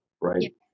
right